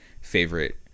favorite